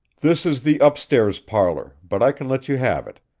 this is the up-stairs parlor, but i can let you have it.